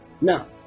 now